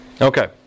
Okay